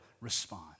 respond